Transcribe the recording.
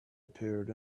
appeared